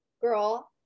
girl